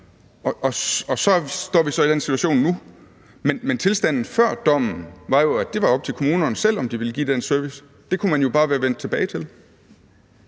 og så står vi så i den her situation nu. Men tilstanden før dommen var jo, at det var op til kommunerne selv, om de ville give den service. Det kunne man jo bare være vendt tilbage til.